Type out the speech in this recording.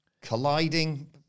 colliding